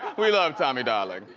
we love tommy, darling.